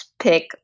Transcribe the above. pick